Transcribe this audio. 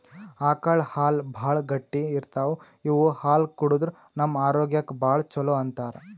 ಆಕಳ್ ಹಾಲ್ ಭಾಳ್ ಗಟ್ಟಿ ಇರ್ತವ್ ಇವ್ ಹಾಲ್ ಕುಡದ್ರ್ ನಮ್ ಆರೋಗ್ಯಕ್ಕ್ ಭಾಳ್ ಛಲೋ ಅಂತಾರ್